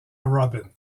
rubin